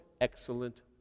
excellent